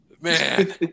Man